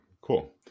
cool